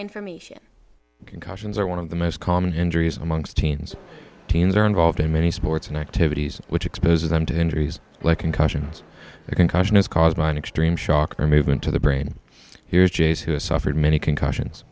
information concussions are one of the most common injuries amongst teens teens are involved in many sports and activities which expose them to injuries like concussions a concussion is caused by an extreme shock or movement to the brain here's james who has suffered many concussions